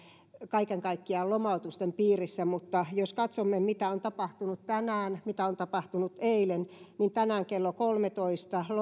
kaiken kaikkiaan lomautusten piirissä silloin kun nämä esitykset tehtiin mutta jos katsomme mitä on tapahtunut tänään ja mitä on tapahtunut eilen niin tänään kello kolmentoista